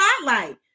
spotlight